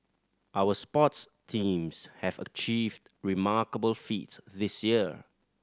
our sports teams have achieved remarkable feats this year